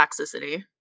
toxicity